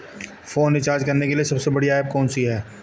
Phone recharge करने के लिए सबसे बढ़िया ऐप कौन सी है?